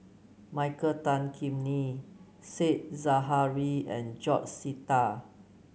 Michael Tan Kim Nei Said Zahari and George Sita